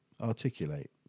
articulate